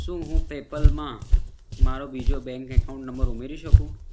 શું હું પેપાલમાં મારો બીજો બેંક એકાઉન્ટ નંબર ઉમેરી શકું